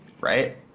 right